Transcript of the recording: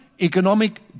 economic